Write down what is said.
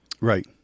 Right